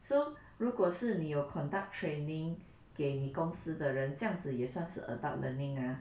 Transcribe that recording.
so 如果是你有 conduct training 给你公司的人这样子也算是 adult learning ah